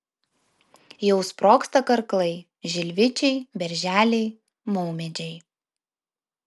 jau sprogsta karklai žilvičiai berželiai maumedžiai